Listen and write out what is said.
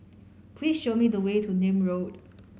please show me the way to Nim Road